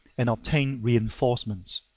and obtain reinforcements.